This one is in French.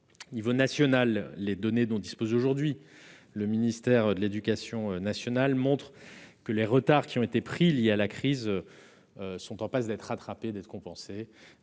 niveau national, les données dont dispose aujourd'hui le ministère de l'éducation nationale montrent que les retards pris avec la crise sont en passe d'être rattrapés et compensés.